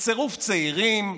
בצירוף צעירים,